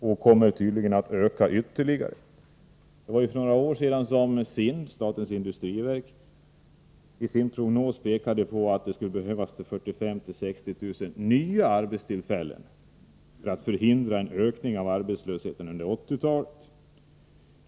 Krisen kommer tydligen att förvärras ytterligare. För några år sedan framhöll SIND, statens industriverk, i sin prognos att det skulle behövas 45 000-60 000 nya arbetstillfällen för att förhindra en ökning av arbetslösheten under 1980-talet.